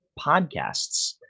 podcasts